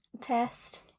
test